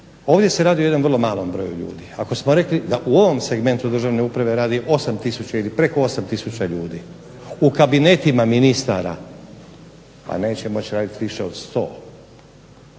ovdje se radi o jednom vrlo malom broju ljudi, ako smo rekli da u segmentu državne uprave radi preko 8 tisuća ljudi, u kabinetima ministara, pa svi ovi drugi ostaju